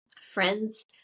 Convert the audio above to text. friends